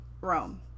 Rome